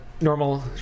normal